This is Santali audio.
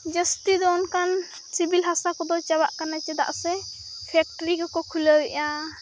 ᱡᱟᱹᱥᱛᱤᱫᱚ ᱚᱱᱠᱟᱱ ᱥᱤᱵᱤᱞ ᱦᱟᱥᱟᱠᱚᱫᱚ ᱪᱟᱵᱟᱜ ᱠᱟᱱᱟ ᱪᱮᱫᱟᱜ ᱥᱮ ᱯᱷᱮᱠᱴᱨᱤ ᱠᱚᱠᱚ ᱠᱷᱩᱞᱟᱹᱣᱮᱫᱼᱟ